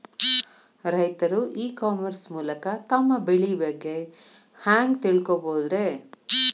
ರೈತರು e commerce ಮೂಲಕ ತಮ್ಮ ಬೆಳಿ ಬಗ್ಗೆ ಹ್ಯಾಂಗ ತಿಳ್ಕೊಬಹುದ್ರೇ?